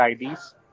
ids